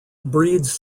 breeds